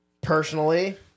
Personally